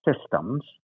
systems